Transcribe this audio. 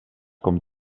com